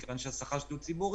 מכיוון שהשכר שלי הוא ציבורי,